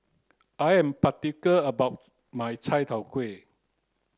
I am about my Chai Tow Kuay